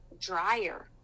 dryer